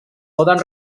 poden